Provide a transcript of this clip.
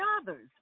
others